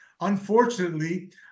Unfortunately